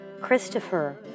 Christopher